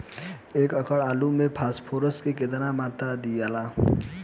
एक एकड़ आलू मे फास्फोरस के केतना मात्रा दियाला?